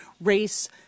race